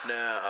Now